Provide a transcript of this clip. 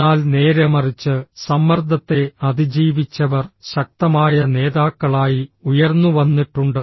എന്നാൽ നേരെമറിച്ച് സമ്മർദ്ദത്തെ അതിജീവിച്ചവർ ശക്തമായ നേതാക്കളായി ഉയർന്നുവന്നിട്ടുണ്ട്